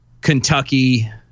Kentucky